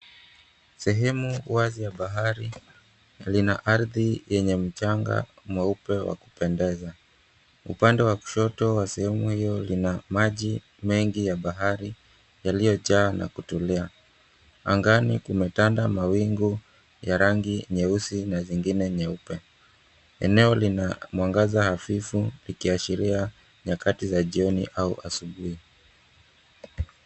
Sehemu wazi ya bahari, lina ardhi yenye mchanga mweupe wa kupendeza. Upande wa kushoto wa sehemu hiyo, lina maji mengi ya bahari yaliyojaa na kutulia. Angani kumetanda mawingu ya rangi nyeusi na zingine nyeupe. Eneo lina mwangaza hafifu ikiashiria nyakati za jioni au asubuhi.